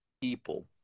people